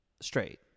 straight